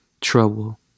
trouble